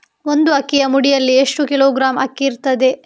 ಒಂದು ಅಕ್ಕಿಯ ಮುಡಿಯಲ್ಲಿ ಎಷ್ಟು ಕಿಲೋಗ್ರಾಂ ಅಕ್ಕಿ ಇರ್ತದೆ?